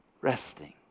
Resting